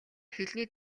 хэлний